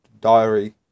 diary